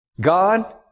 God